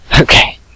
Okay